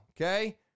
okay